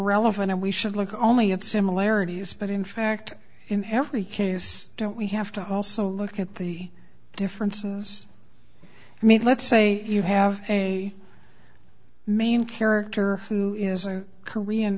of and we should look only at similarities but in fact in every case don't we have to also look at the differences i mean let's say you have a main character who is a korean